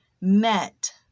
met